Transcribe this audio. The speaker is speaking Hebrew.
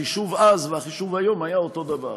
החישוב אז והחישוב היום היו אותו דבר,